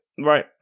Right